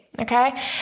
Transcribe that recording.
okay